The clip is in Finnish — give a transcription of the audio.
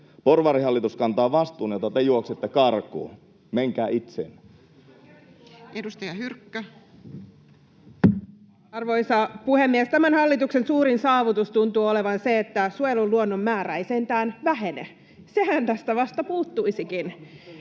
Porvarihallitus kantaa vastuun, jota te juoksette karkuun. Menkää itseenne. Edustaja Hyrkkö. Arvoisa puhemies! Tämän hallituksen suurin saavutus tuntuu olevan se, että suojellun luonnon määrä ei sentään vähene — sehän tästä vasta puuttuisikin.